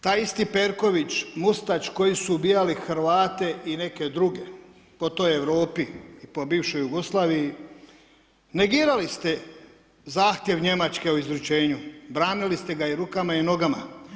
Taj isti Perković, Mustač, koji su ubijali Hrvate i neke druge, po toj Europi i po bivšoj Jugoslaviji, negirali ste zahtjev Njemačke o izručenju, branili ste ga rukama i nogama.